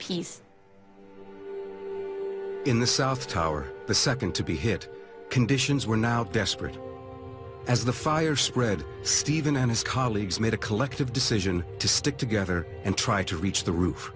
peace in the south tower the second to be hit conditions were now desperate as the fire spread stephen and his colleagues made a collective decision to stick together and try to reach the roof